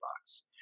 box